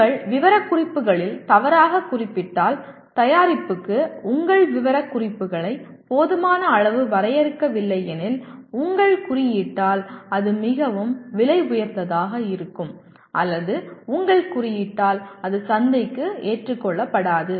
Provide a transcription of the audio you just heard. நீங்கள் விவரக்குறிப்புகளில் தவறாக குறிப்பிட்டால் தயாரிப்புக்கு உங்கள் விவரக்குறிப்புகளை போதுமான அளவு வரையறுக்கவில்லை எனில் உங்கள் குறியீட்டால் அது மிகவும் விலை உயர்ந்ததாக இருக்கும் அல்லது உங்கள் குறியீட்டால் அது சந்தைக்கு ஏற்றுக்கொள்ளப்படாது